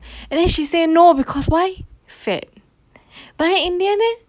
and then she say no because why fat but then in the end eh